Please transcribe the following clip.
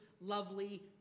lovely